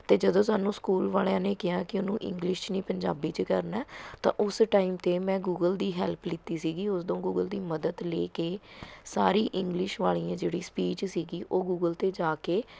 ਅਤੇ ਜਦੋਂ ਸਾਨੂੰ ਸਕੂਲ ਵਾਲਿਆਂ ਨੇ ਕਿਹਾ ਕਿ ਉਹਨੂੰ ਇੰਗਲਿਸ਼ ਨਹੀਂ ਪੰਜਾਬੀ 'ਚ ਕਰਨਾ ਹੈ ਤਾਂ ਉਸ ਟਾਈਮ 'ਤੇ ਮੈਂ ਗੂਗਲ ਦੀ ਹੈਲਪ ਲਿਤੀ ਸੀਗੀ ਉਦੋਂ ਗੂਗਲ ਦੀ ਮਦਦ ਲੈ ਕੇ ਸਾਰੀ ਇੰਗਲਿਸ਼ ਵਾਲ਼ੀ ਜਿਹੜੀ ਸਪੀਚ ਸੀਗੀ ਉਹ ਗੂਗਲ 'ਤੇ ਜਾ ਕੇ